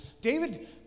David